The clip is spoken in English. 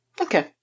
Okay